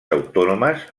autònomes